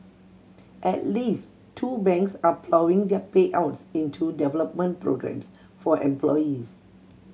at least two banks are ploughing their payouts into development programmes for employees